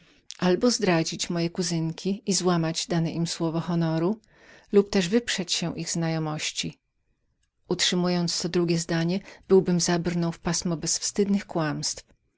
albo zdradzić moje kuzynki i złamać dane im słowo honoru lub też wyprzeć się ich znajomości utrzymując to drugie zdanie byłbym zabrnął w pasmo bezwstydnych kłamstw